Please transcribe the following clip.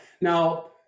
now